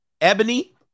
Ebony